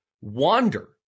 wander